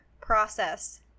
process